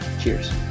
Cheers